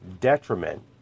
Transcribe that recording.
detriment